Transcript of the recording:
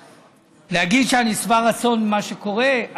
להגיד שאני שבע רצון ממה שקורה?